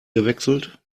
gewechselt